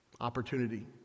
opportunity